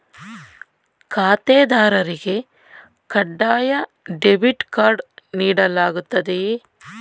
ಖಾತೆದಾರರಿಗೆ ಕಡ್ಡಾಯ debit card ನೀಡಲಾಗುತ್ತದೆಯೇ?